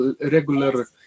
regular